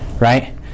right